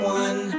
one